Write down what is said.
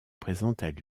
présentent